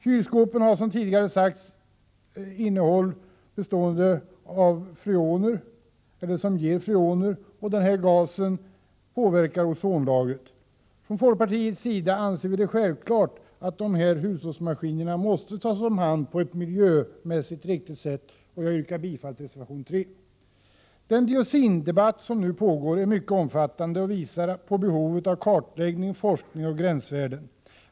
Kylskåp har, som tidigare sagts, beståndsdelar som ger freoner, och denna gas påverkar ozonlagret. Från folkpartiets sida anser vi det självklart att dessa hushållsmaskiner måste tas om hand på ett miljömässigt riktigt sätt. Jag yrkar bifall till reservation 3. ä Den dioxindebatt som pågår är mycket omfattande och visar på behovet av kartläggning, forskning och gränsvärden.